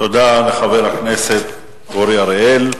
תודה לחבר הכנסת אורי אריאל.